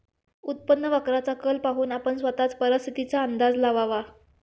उत्पन्न वक्राचा कल पाहून आपण स्वतःच परिस्थितीचा अंदाज लावावा